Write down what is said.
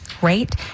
great